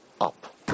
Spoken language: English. up